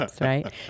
right